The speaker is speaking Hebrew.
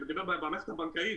אני מדבר במערכת הבנקאית,